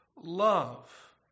Love